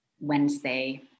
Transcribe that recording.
Wednesday